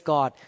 God